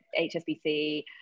HSBC